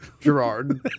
Gerard